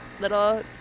little